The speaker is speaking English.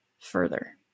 further